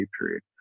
period